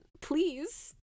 please